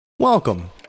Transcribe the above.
Welcome